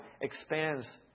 expands